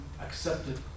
accepted